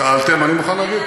שאלתם, אני מוכן להגיב.